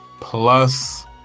plus